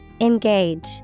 Engage